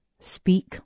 Speak